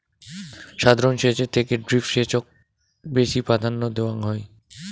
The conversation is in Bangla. সাধারণ সেচের থেকে ড্রিপ সেচক বেশি প্রাধান্য দেওয়াং হই